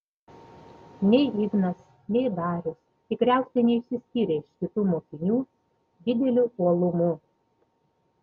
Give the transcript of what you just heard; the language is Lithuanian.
nei ignas nei darius tikriausiai neišsiskyrė iš kitų mokinių dideliu uolumu